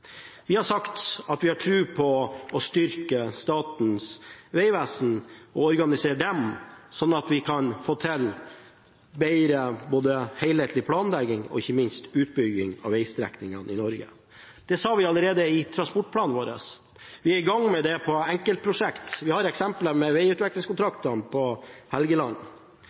Vi har sagt at vi har tro på å styrke Statens vegvesen og organisere det sånn at vi kan få til både bedre helhetlig planlegging og, ikke minst, utbygging av vegstrekningene i Norge. Det sa vi allerede i transportplanen vår. Vi er i gang med det på enkeltprosjekter. Vi har eksempler med vegutviklingskontraktene på Helgeland,